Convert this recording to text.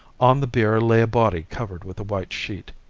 on the bier lay a body covered with a white sheet,